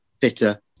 fitter